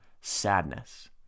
sadness